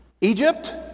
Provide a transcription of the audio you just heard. Egypt